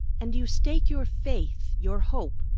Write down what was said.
and you stake your faith, your hope,